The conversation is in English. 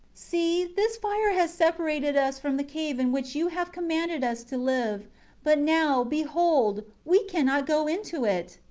see, this fire has separated us from the cave in which you have commanded us to live but now, behold, we cannot go into it.